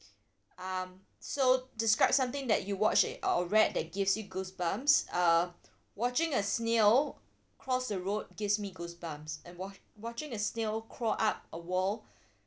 um so describe something that you watch or read that gives you goosebumps uh watching a snail cross the road gives me goosebumps and watc~ watching a snail crawl up a wall